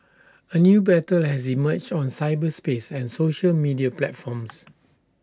A new battle has emerged on cyberspace and social media platforms